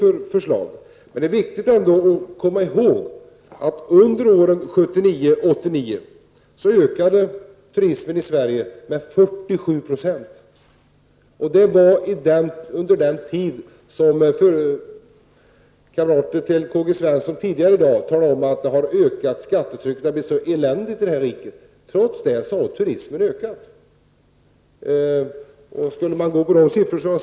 Det är emellertid viktigt att komma ihåg att turismen i Sverige ökade med 47 % under åren 1979--1989. Kamrater till Karl-Gösta Svenson har tidigare i dag talat om att skattetrycket har ökat så eländigt här i landet, men trots det ökade turismen under den nämnda tidsperioden.